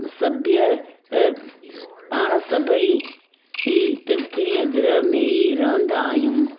सभ्य पाण सभेई ई पृथ्वी ग्रह में ई रहंदा आहियूं